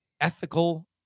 ethical